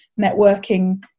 networking